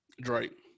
Drake